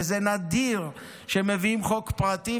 וזה נדיר שמביאים חוק פרטי,